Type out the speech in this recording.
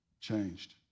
changed